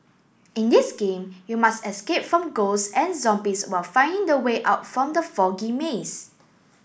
in this game you must escape from ghosts and zombies while finding the way out from the foggy maze